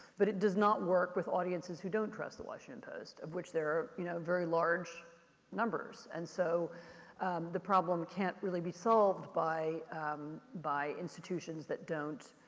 but it does not work with audiences who don't trust the washington post. which there are, you know, very large numbers. and so the problem can't really be solved by by institutions that don't,